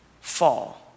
Fall